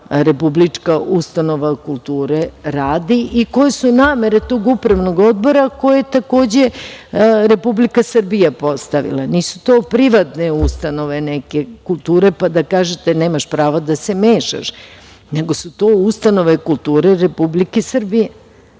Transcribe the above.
republička ustanova kulture radi i koje su namere tog upravnog odbora koje je takođe Republika Srbija postavila. Nisu to privatne ustanove kulture pa da kažete – nemaš prava da se mešaš, nego su to ustanove kulture Republike Srbije